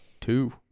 two